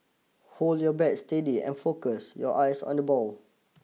hold your bat steady and focus your eyes on the ball